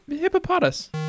hippopotamus